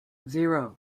zero